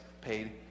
paid